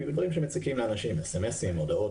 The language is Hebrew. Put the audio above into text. ושאר דברים שמציקים לאנשים הודעות,